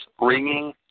ringing